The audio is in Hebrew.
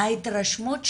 ההתרשמות שלי,